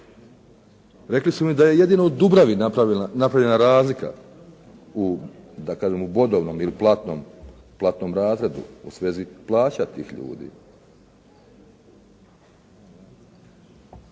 Rekli su mi da je jedino u Dubravi napravljena razlika da kažem u bodovnom ili platnom razredu u svezi plaća tih ljudi.